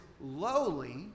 lowly